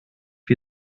wie